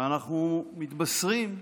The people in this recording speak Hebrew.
ואנחנו מתבשרים,